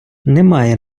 немає